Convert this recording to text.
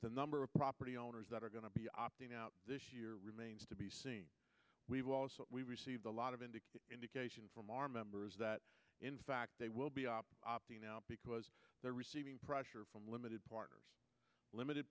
the number of property owners that are going to be opting out this year remains to be seen we've also received a lot of indicators indication from our members that in fact they will be opting out because they're receiving pressure from limited partners limited